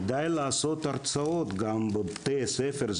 כדאי לעשות הרצאות גם בבתי הספר,